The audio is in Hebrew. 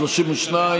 32,